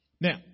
Now